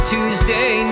Tuesday